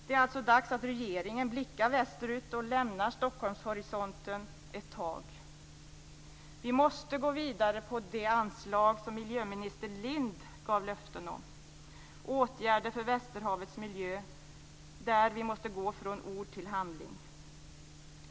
Det är alltså dags att regeringen blickar västerut och lämnar Stockholmshorisonten ett tag. Vi måste gå vidare med det anslag som miljöminister Lindh gav löften om. Det handlar om åtgärder för västerhavets miljö där vi måste gå från ord till handling.